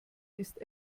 ist